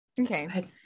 Okay